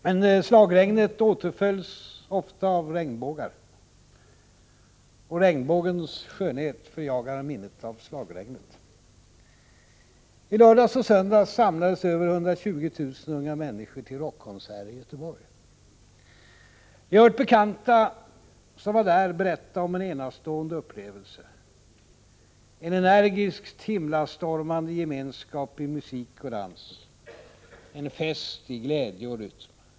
Men slagregnet åtföljs ofta av regnbågar. Och regnbågens skönhet förjagar minnet av slagregnet. I lördags och söndags samlades över 120 000 unga människor till rockkonserter i Göteborg. Jag har hört bekanta som var där berätta om en enastående upplevelse, om en energiskt, himlastormande gemenskap i musik och dans, om en fest i glädje och rytm.